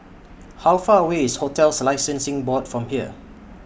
How Far away IS hotels Licensing Sing Board from here